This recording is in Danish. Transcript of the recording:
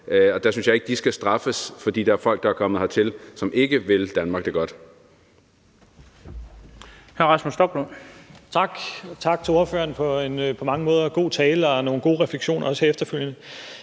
Og der synes jeg ikke, de skal straffes, fordi der er folk, der er kommet hertil, som ikke vil Danmark det godt.